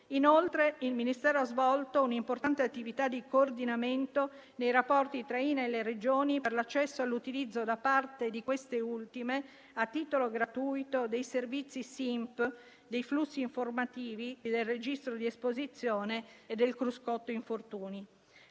Inoltre, il Ministero ha svolto un'importante attività di coordinamento nei rapporti tra INAIL e Regioni per l'accesso all'utilizzo, da parte di queste ultime a titolo gratuito, dei servizi SINP dei flussi informativi, del registro di esposizione e del cruscotto infortuni.